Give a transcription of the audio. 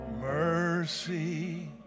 Mercy